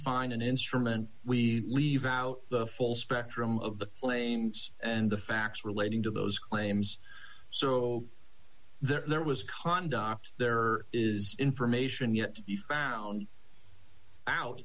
find an instrument we leave out the full spectrum of the flames and the facts relating to those claims so there was conduct there is information yet to be found out